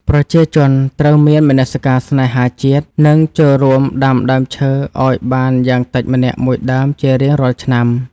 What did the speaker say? ប្រជាជនត្រូវមានមនសិការស្នេហាជាតិ និងចូលរួមដាំដើមឈើឱ្យបានយ៉ាងតិចម្នាក់មួយដើមជារៀងរាល់ឆ្នាំ។